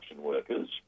workers